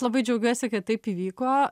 labai džiaugiuosi kad taip įvyko